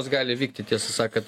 gali vykti tiesą sakant